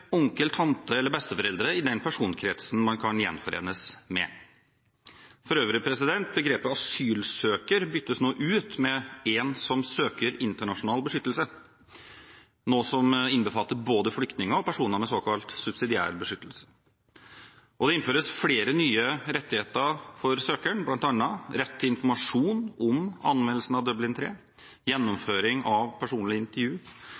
eller besteforeldre i den personkretsen man kan gjenforenes med. For øvrig byttes begrepet «asylsøker» nå ut med «en som søker internasjonal beskyttelse», noe som innbefatter både flyktninger og personer med såkalt subsidiær beskyttelse. Det innføres flere nye rettigheter for søkeren, bl.a. rett til informasjon om anvendelsen av Dublin III, gjennomføring av personlig intervju,